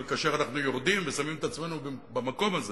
אבל כאשר אנחנו יורדים ושמים את עצמנו במקום הזה,